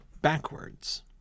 backwards